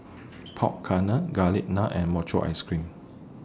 Pork Garlic Naan and Mochi Ice Cream